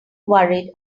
worried